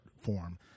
form